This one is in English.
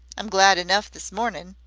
i'm glad enough this mornin',